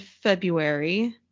February